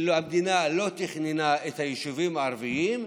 שהמדינה לא תכננה את היישובים הערביים,